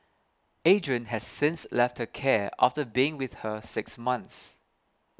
Adrian has since left care after being with her six months